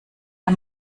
der